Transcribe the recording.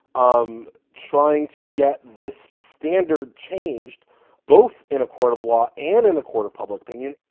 um trying to get this standard changed both in a court of law and in a court of public opinion,